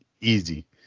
easy